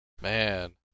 Man